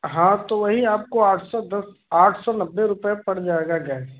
हाँ तो वही आपको आठ सौ दस आठ सौ नब्बे रुपये पड़ जाएगा गैस